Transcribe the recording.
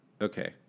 okay